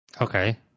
Okay